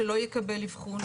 שלא יקבל אבחון.